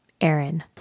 Aaron